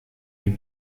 der